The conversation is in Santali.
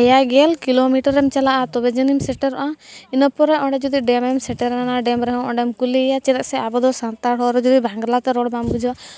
ᱮᱭᱟᱭ ᱜᱮᱞ ᱠᱤᱞᱳ ᱢᱤᱴᱟᱨ ᱮᱢ ᱪᱟᱞᱟᱜᱼᱟ ᱛᱚᱵᱮ ᱟᱹᱱᱤᱡ ᱮᱢ ᱥᱮᱴᱮᱨᱚᱜᱼᱟ ᱤᱱᱟᱹ ᱯᱚᱨᱮ ᱚᱸᱰᱮ ᱡᱩᱫᱤ ᱰᱮᱢ ᱮᱢ ᱥᱮᱴᱮᱨᱟ ᱚᱱᱟ ᱰᱮᱢ ᱨᱮᱦᱚᱸ ᱚᱸᱰᱮᱢ ᱠᱩᱞᱤ ᱭᱮᱭᱟ ᱪᱮᱫᱟᱜ ᱥᱮ ᱟᱵᱚ ᱫᱚ ᱥᱟᱱᱛᱟᱲ ᱦᱚᱲᱫᱚ ᱡᱩᱫᱤ ᱵᱟᱝᱞᱟᱛᱮ ᱨᱚᱲ ᱵᱟᱢ ᱵᱩᱡᱟ